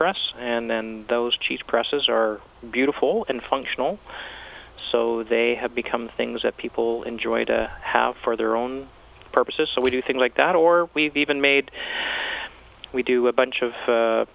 press and then those cheese presses are beautiful and functional so they have become things that people enjoy to have for their own purposes so we do things like that or we've even made we do a